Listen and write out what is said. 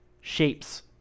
shapes